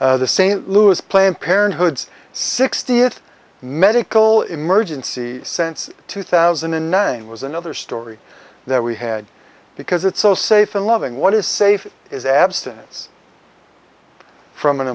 this the st louis planned parenthood's sixtieth medical emergency sense two thousand and nine was another story that we had because it's so safe and loving what is safe is abstinence from an